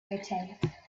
rotate